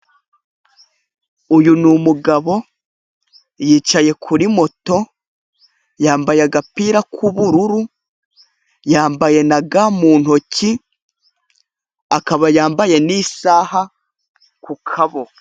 Uyu ni umugabo, yicaye kuri moto, yambaye agapira k'ubururu, yambaye na ga mu ntoki, akaba yambaye n'isaha ku kaboko.